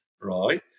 Right